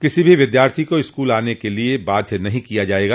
किसी भी विद्यार्थी को स्कूल आने के लिए बाध्य नहीं किया जायेगा